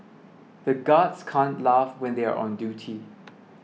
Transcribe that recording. the guards can't laugh when they are on duty